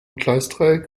gleisdreieck